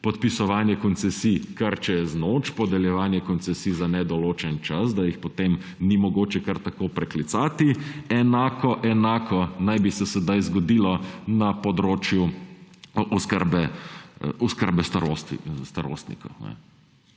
podpisovanje koncesij kar čez noč, podeljevanje koncesij za nedoločen čas, da jih potem ni mogoče kar tako preklicati. Enako naj bi se sedaj zgodilo na področju oskrbe starostnikov.